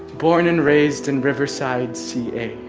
born and raised in riverside see a